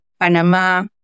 Panama